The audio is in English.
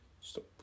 Stop